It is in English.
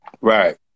Right